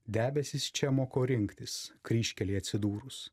debesys čia moko rinktis kryžkelėje atsidūrus